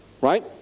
Right